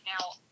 Now